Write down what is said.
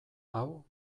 hau